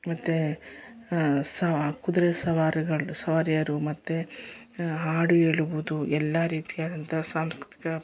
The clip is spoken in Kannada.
ಮತ್ತು ಸ ಕುದುರೆ ಸವಾರಿಗಳು ಸವಾರಿಯರು ಮತ್ತು ಹಾಡು ಹೇಳುವುದು ಎಲ್ಲ ರೀತಿಯಾದಂತಹ ಸಾಂಸ್ಕೃತಿಕ